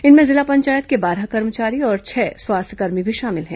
इनमें जिला पंचायत के बारह कर्मचारी और छह स्वास्थ्यकर्मी भी शामिल हैं